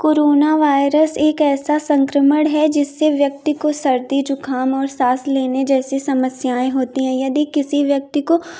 corona virus एक ऐसा संक्रमण है जिससे व्यक्ति को सर्दी जुखाम और साँस लेने जैसे समस्याएँ होती हैं यदि किसी व्यक्ति को